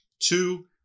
Two